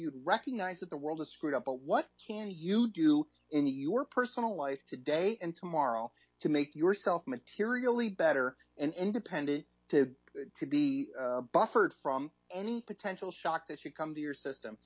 you'd recognize that the world is screwed up but what can you do in your personal life today and tomorrow to make yourself materially better and independent to be buffered from any potential shock that you come to your system